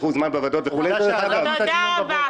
רבה.